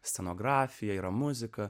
scenografija yra muzika